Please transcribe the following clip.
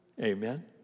Amen